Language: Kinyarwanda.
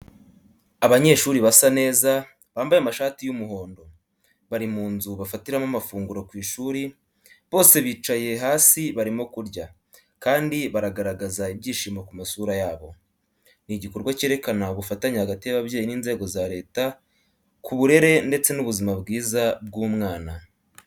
Abanyeshuri basa neza, bambaye amashati y'umuhondo, bari mu nzu bafatiramo amafunguro ku ishuri, bose bicaye hasi barimo kurya, kandi baragaragaza ibyishimo ku masura yabo. Ni igikorwa cyerekana ubufatanye hagati y'ababyeyi n'inzego za Leta ku burere ndetse n'ubuzima bwiza bw'umwana.